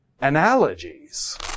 analogies